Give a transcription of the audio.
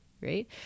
right